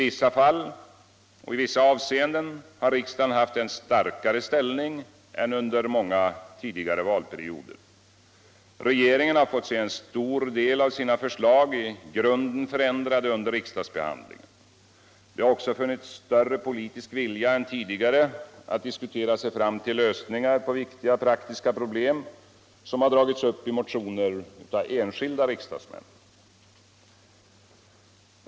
I vissa avseenden har riksdagen haft en starkare ställning än under många tidigare valperioder. Regeringen har fått se en stor del av sina förslag förändrade i grunden under riksdagsbehandlingen. Det har också funnits större politisk vilja än tidigare att diskutera sig fram till lösningar på viktiga praktiska problem som har tagits upp i motioner av enskilda riksdagsmän.